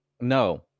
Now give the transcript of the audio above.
No